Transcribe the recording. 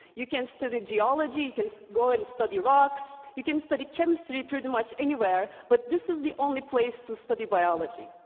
you can study geology. you can go and study rocks. you can study chemistry pretty much anywhere, but this is the only place to study biology,